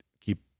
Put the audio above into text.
keep